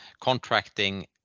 contracting